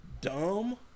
dumb